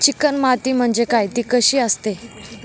Chicken माती म्हणजे काय? ति कशी असते?